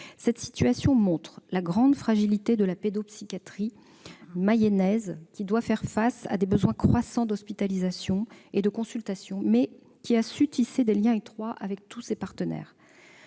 Cette situation montre la grande fragilité de la pédopsychiatrie mayennaise, qui doit faire face à des besoins croissants d'hospitalisation et de consultation, mais qui a su tisser des liens étroits avec tous ses partenaires.